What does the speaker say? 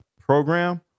program